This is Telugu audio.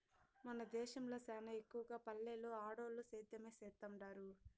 మన దేశంల సానా ఎక్కవగా పల్లెల్ల ఆడోల్లు సేద్యమే సేత్తండారు